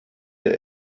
der